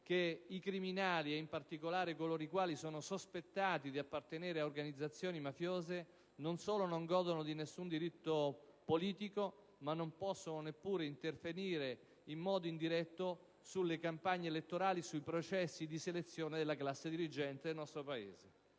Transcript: che i criminali, e in particolare coloro i quali sono sospettati di appartenere a organizzazioni mafiose, non solo non godono di alcun diritto politico, ma non possono neppure interferire in modo indiretto sulle campagne elettorali e sui processi di selezione della classe dirigente del nostro Paese.